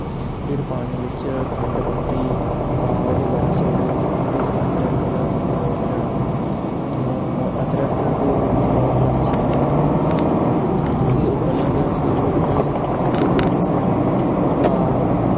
फिर पानी बिच्च खंड पत्ती पा ओह्दे बाद च ओह्दे ओह्दे च अदरक ओह् फिर अदरक फिर लौंग लाच्ची पा फिर उब्बलन दे उसी उब्बलने दे बाद च ओह्दे बिच्च ओह् पा